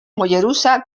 mollerussa